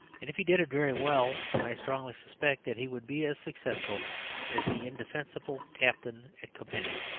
if he did it very well i strongly suspect that he would be as successful as the indefensible captain at koepenick.